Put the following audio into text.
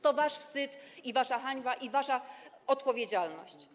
To wasz wstyd i wasza hańba, i wasza odpowiedzialność.